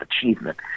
achievement